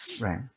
Right